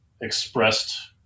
expressed